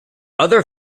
other